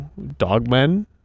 dogmen